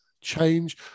change